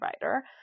provider